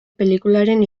pelikularen